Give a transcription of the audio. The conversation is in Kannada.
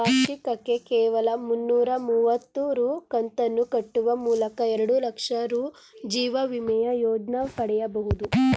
ವಾರ್ಷಿಕಕ್ಕೆ ಕೇವಲ ಮುನ್ನೂರ ಮುವತ್ತು ರೂ ಕಂತನ್ನು ಕಟ್ಟುವ ಮೂಲಕ ಎರಡುಲಕ್ಷ ರೂ ಜೀವವಿಮೆಯ ಯೋಜ್ನ ಪಡೆಯಬಹುದು